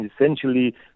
essentially